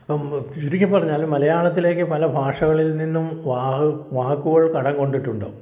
അപ്പം ചുരുക്കിപ്പറഞ്ഞാൽ മലയാളത്തിലേക്ക് പല ഭാഷകളിൽ നിന്നും വാ വാക്കുകൾ കടം കൊണ്ടിട്ടുണ്ട്